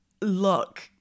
look